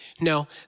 no